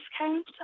discount